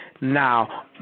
now